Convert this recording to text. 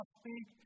speak